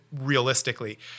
realistically